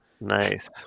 Nice